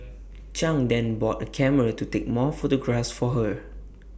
chang then bought A camera to take more photographs for her